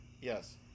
yes